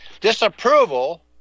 disapproval